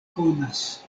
konas